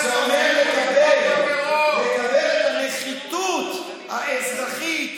זה אומר לקבל את הנחיתות האזרחית